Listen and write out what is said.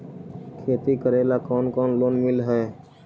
खेती करेला कौन कौन लोन मिल हइ?